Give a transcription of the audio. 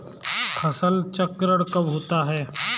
फसल चक्रण कब होता है?